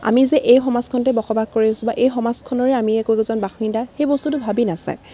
আমি যে এই সমাজখনতেই বসবাস কৰি আছোঁ বা এই সমাজখনৰেই আমি একো একোজন বাসিন্দা সেই বস্তুটো ভাবি নাচায়